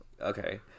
okay